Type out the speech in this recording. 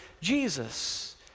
jesus